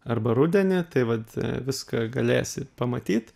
arba rudenį tai vat viską galėsi pamatyt